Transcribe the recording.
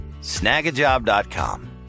snagajob.com